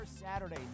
Saturday